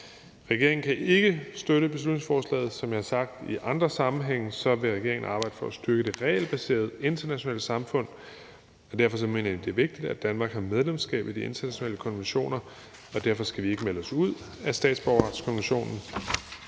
Regeringen kan ikke støtte beslutningsforslaget. Som jeg har sagt i andre sammenhænge, vil regeringen arbejde for at styrke det regelbaserede internationale samfund. Derfor mener vi, det er vigtigt, at Danmark har medlemskab i de internationale konventioner, og derfor skal vi ikke melde os ud af statsborgerretskonventionen.